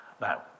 Now